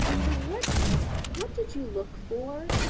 so what what did you look for